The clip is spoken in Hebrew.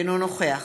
אינו נוכח